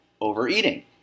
overeating